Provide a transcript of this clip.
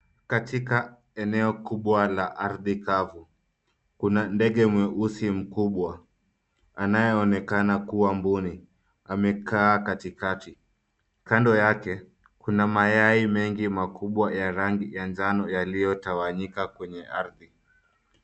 Katika eneo kubwa la ardhi kavu, kuna ndege mweusi mkubwa anayeonekana kua mbuni, amekaa katikati. Kando yake, kuna mayai mengi makubwa ya rangi ya njano yaliyotawanyika kwenye ardhi.